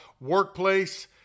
workplace